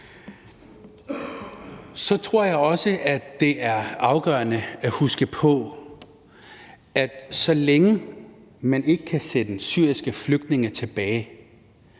Så tror jeg også, det er afgørende at huske på, at så længe man ikke kan sende syriske flygtninge tilbage,